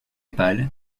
pâle